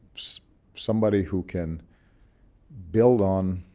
somebody who can build on